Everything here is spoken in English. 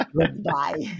Goodbye